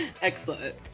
Excellent